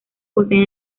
poseen